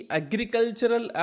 agricultural